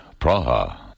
Praha